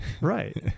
right